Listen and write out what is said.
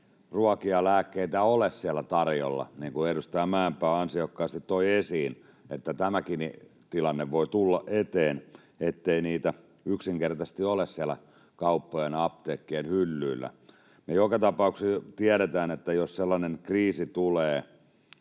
ruokia, lääkkeitä ole siellä tarjolla, niin kuin edustaja Mäenpää ansiokkaasti toi esiin, että tämäkin tilanne voi tulla eteen, ettei niitä yksinkertaisesti ole siellä kauppojen ja apteekkien hyllyillä. Me joka tapauksessa tiedetään, että jos sellainen kriisi tulee